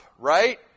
right